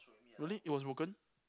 really it was broken